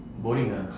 boring ah